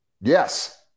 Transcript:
Yes